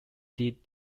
did